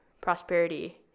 prosperity